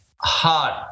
hard